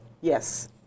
yes